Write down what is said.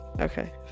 okay